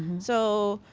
so,